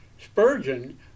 Spurgeon